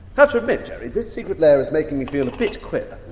have to admit, jerry, this secret lair is making me feel a bit queer.